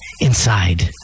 Inside